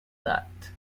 that